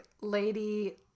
lady